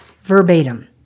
verbatim